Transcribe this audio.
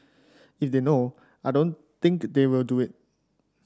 if they know I don't think they will do it